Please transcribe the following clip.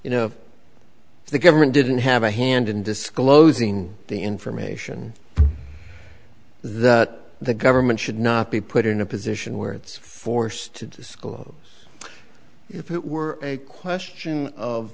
you know if the government didn't have a hand in disclosing the information that the government should not be put in a position where it's forced to school if it were a question of